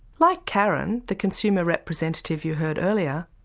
like karen, the consumer representative you heard earlier,